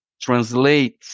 translate